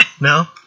No